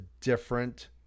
different